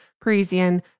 Parisian